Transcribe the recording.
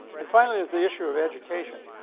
and finally there's the issue of education.